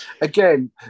Again